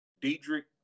Diedrich